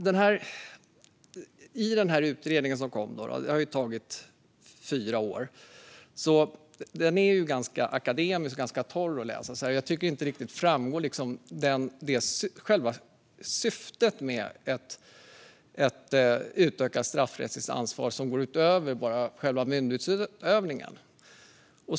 Den utredning som kom - den har tagit fyra år - är ganska akademisk och torr att läsa. Jag tycker inte riktigt att det framgår vad som är själva syftet med ett utökat straffrättsansvar som går utöver själva myndighetsutövningen.